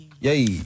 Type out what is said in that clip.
Yay